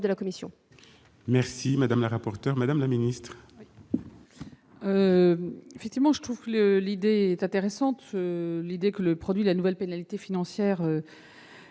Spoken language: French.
de la commission